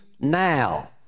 now